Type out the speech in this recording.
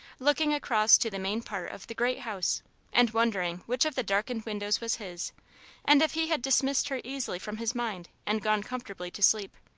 looking across to the main part of the great house and wondering which of the darkened windows was his and if he had dismissed her easily from his mind and gone comfortably to sleep.